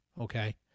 okay